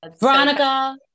veronica